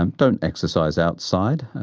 and don't exercise outside.